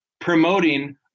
promoting